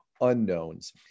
unknowns